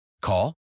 Call